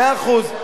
מאה אחוז.